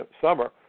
summer